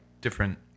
different